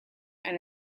and